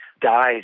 dies